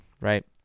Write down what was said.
right